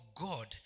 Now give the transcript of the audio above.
God